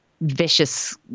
vicious